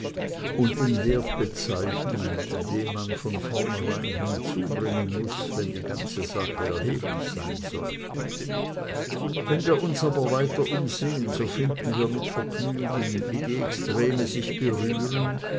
und den wert bezeichnen den man von vornherein hinzubringen muß wenn die ganze sache erheblich sein soll wenn wir uns aber weiter umsehen so finden wir mit vergnügen wie die extreme sich berühren